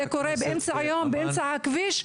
זה קורה לאור יום באמצע הכביש,